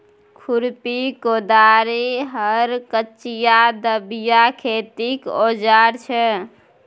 खुरपी, कोदारि, हर, कचिआ, दबिया खेतीक औजार छै